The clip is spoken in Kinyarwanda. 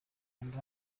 kanda